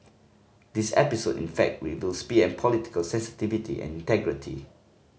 this episode in fact reveals P M political sensitivity and integrity